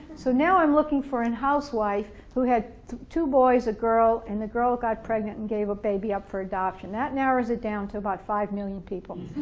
so now i'm looking for an housewife who had two boys a girl, and the girl got pregnant and gave a baby up for adoption that narrows it down to about five million people